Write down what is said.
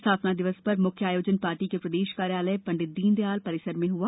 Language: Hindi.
स्थापना दिवस पर म्ख्य आयोजन पार्टी के प्रदेश कार्यालय पं दीनदयाल परिसर में हआ